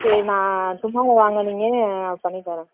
சரி நான் சும்மாவே வாங்க நீங்கள் பண்ணி தரோம்